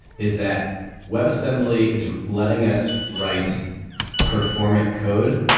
is that webassembly is letting us write performant code,